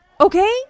Okay